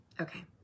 okay